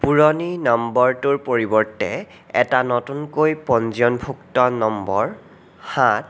পুৰণি নম্বৰটোৰ পৰিৱৰ্তে এটা নতুনকৈ পঞ্জীয়নভুক্ত নম্বৰ সাত